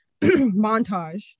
montage